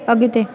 अॻिते